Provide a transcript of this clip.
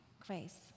Grace